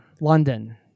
London